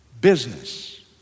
business